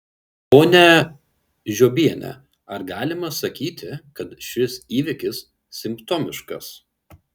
ponia žiobiene ar galima sakyti kad šis įvykis simptomiškas